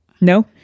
No